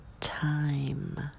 Time